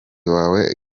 wawe